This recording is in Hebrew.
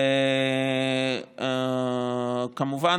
וכמובן,